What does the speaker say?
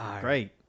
great